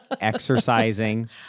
Exercising